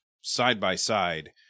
side-by-side